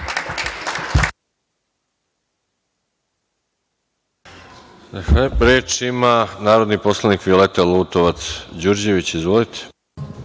Hvala,